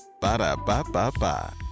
Ba-da-ba-ba-ba